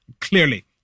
clearly